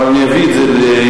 אבל אני אביא את זה לג'ומס,